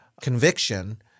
conviction